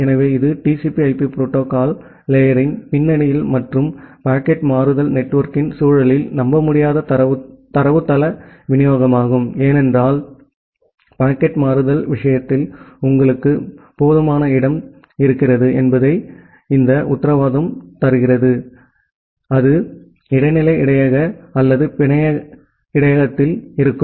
எனவே இது TCP IP புரோட்டோகால் லேயரின் பின்னணியில் மற்றும் பாக்கெட் மாறுதல் நெட்வொர்க்கின் சூழலில் நம்பமுடியாத தரவுத்தள விநியோகமாகும் ஏனென்றால் பாக்கெட் மாறுதல் விஷயத்தில் உங்களுக்கு போதுமான இடம் இருக்கிறது என்பதற்கு எந்த உத்தரவாதமும் இல்லை அது இடைநிலை இடையக அல்லது பிணைய இடையகத்தில் இருக்கும்